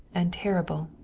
and terrible.